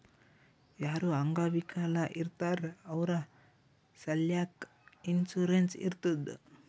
ಯಾರು ಅಂಗವಿಕಲ ಇರ್ತಾರ್ ಅವ್ರ ಸಲ್ಯಾಕ್ ಇನ್ಸೂರೆನ್ಸ್ ಇರ್ತುದ್